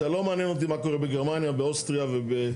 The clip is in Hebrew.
זה לא מעניין אותי מה קורה בגרמניה או באוסטריה ובפינלנד.